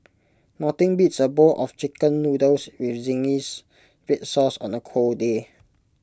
nothing beats A bowl of Chicken Noodles with zingy Red Sauce on A cold day